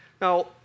Now